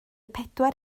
pedwar